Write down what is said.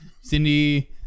Cindy